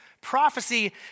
prophecy